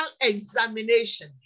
examination